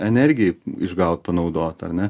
energijai išgaut panaudot ar ne